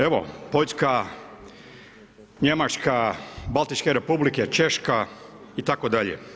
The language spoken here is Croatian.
Evo, Poljska, Njemačka, Baltičke republike, Češka, itd.